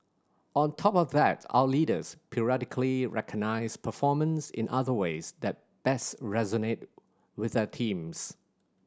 on top of that our leaders periodically recognise performance in other ways that best resonate with their teams